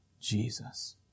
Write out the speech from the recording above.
Jesus